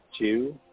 two